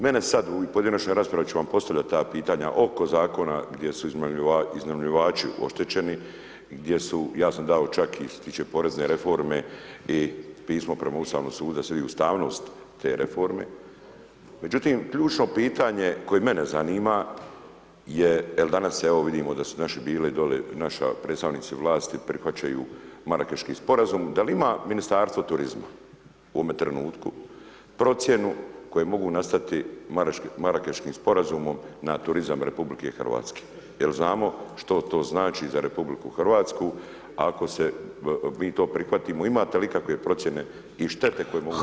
Mene sad u pojedinačnoj raspravi ću vam postavljati ta pitanja oko zakona gdje su iznajmljivači oštećeni, ja sam dao čak i što se tiče porezne reforme pismo prema ustavnom sudu da vidi ustavnost te reforme, međutim ključno pitanje koje mene zanima je, jer danas evo vidimo da su naši bili dolje, naši predstavnici vlasti prihvaćaju Marakeški sporazum, da li ima Ministarstvo turizma u ovome trenutku, procjene koje mogu nastati Marakeškim sporazumom na turizam RH jer znamo što to znači za RH ako mi to prihvatimo, imate li ikakve procjene i štete koje mogu